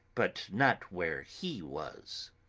but not where he was!